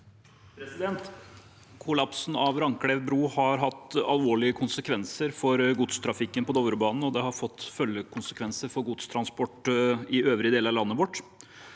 Kollapsen av Randklev bru har hatt alvorlige konsekvenser for godstrafikken på Dovrebanen, og det har fått følgekonsekvenser for godstransporten i øvrige deler av landet vårt.